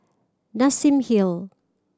Nassim Hill